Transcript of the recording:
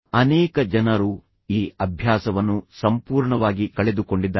ಅನೇಕ ಜನರು ಈ ಅಭ್ಯಾಸವನ್ನು ಸಂಪೂರ್ಣವಾಗಿ ಕಳೆದುಕೊಂಡಿದ್ದಾರೆ